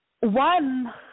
one